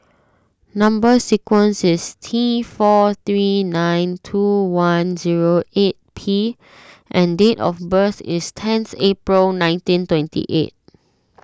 Number Sequence is T four three nine two one zero eight P and date of birth is tenth April nineteen twenty eight